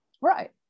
Right